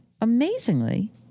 amazingly